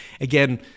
again